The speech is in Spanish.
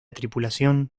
tripulación